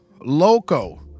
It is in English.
Loco